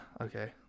okay